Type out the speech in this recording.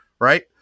right